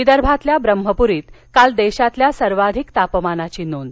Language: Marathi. विदर्भातल्या ब्रह्मपुरीत काल देशातल्या सर्वाधिक तापमानाची नोंद